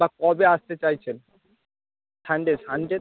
বা কবে আসতে চাইছেন সানডে সানডে